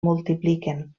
multipliquen